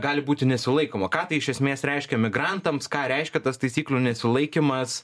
gali būti nesilaikoma ką tai iš esmės reiškia migrantams ką reiškia tas taisyklių nesilaikymas